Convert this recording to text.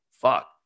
fuck